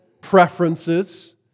preferences